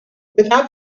without